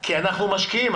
כי אנחנו משקיעים,